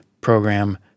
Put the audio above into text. program